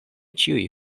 ĉiuj